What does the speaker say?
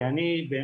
כי אני באמת,